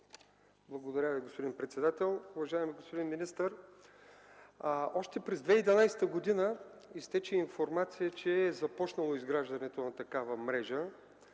Благодаря Ви, господин председател. Уважаеми господин министър, още през 2011 г. изтече информация, че е започнало изграждането на такава мрежа.